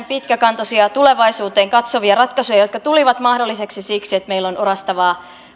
pitkäkantoisia tulevaisuuteen katsovia ratkaisuja jotka tulivat mahdollisiksi siksi että meillä on orastavaa